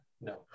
No